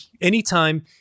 anytime